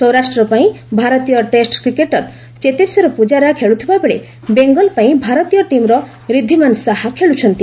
ସୌରାଷ୍ଟ୍ର ପାଇଁ ଭାରତୀୟ test cricketer Cheteshwar Pujara ଖେଳୁଥିବା ବେଳେ ବେଙ୍ଗଲ ପାଇଁ ଭାରତୀୟ ଟିମ୍ର ରିଦ୍ଧିମାନ ଶାହା ଖେଳୁଛନ୍ତି